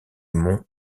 mont